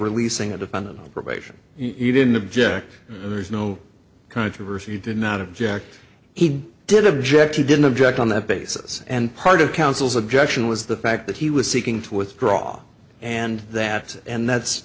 releasing a defendant on probation you didn't object and there is no controversy you did not object he did object he didn't object on that basis and part of counsel's objection was the fact that he was seeking to withdraw and that and that's